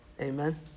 Amen